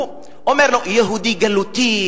הוא אומר לו: יהודי גלותי,